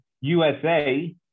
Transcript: USA